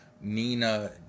Nina